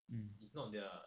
mm